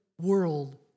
world